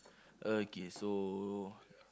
okay so